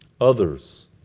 Others